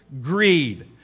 greed